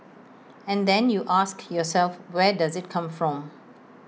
and then you ask yourself where does IT come from